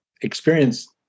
experience